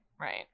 Right